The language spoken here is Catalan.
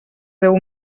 deu